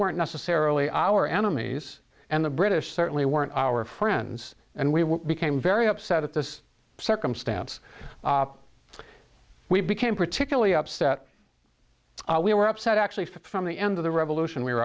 weren't necessarily our enemies and the british certainly weren't our friends and we became very upset at this circumstance we became particularly upset we were upset actually from the end of the revolution we were